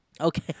Okay